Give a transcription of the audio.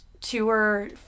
tour